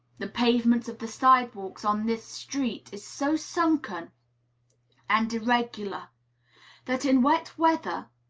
the pavement of the side-walks on this street is so sunken and irregular that in wet weather,